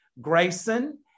Grayson